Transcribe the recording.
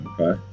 Okay